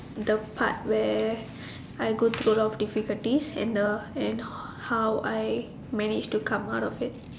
the part where I go through a lot of difficulties and the how I manage to come out of it